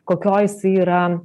kokioj jisai yra